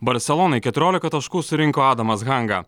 barselonai keturiolika taškų surinko adamas hanga